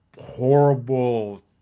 horrible